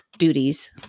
duties